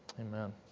Amen